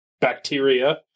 bacteria